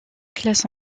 classe